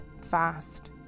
fast